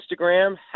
Instagram